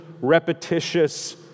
repetitious